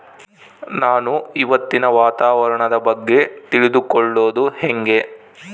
ನಾನು ಇವತ್ತಿನ ವಾತಾವರಣದ ಬಗ್ಗೆ ತಿಳಿದುಕೊಳ್ಳೋದು ಹೆಂಗೆ?